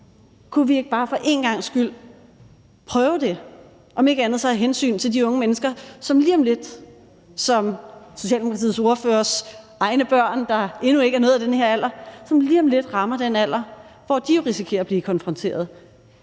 Kunne vi ikke bare for en gangs skyld prøve det, om ikke andet så af hensyn til de unge mennesker, som lige om lidt – som Socialdemokratiets ordførers egne børn, der endnu ikke har nået den her alder – rammer den alder, hvor de jo risikerer at blive konfronteret